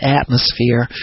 atmosphere